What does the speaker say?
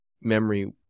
memory